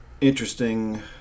interesting